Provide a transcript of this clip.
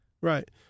Right